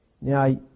Now